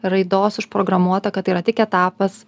raidos užprogramuota kad tai yra tik etapas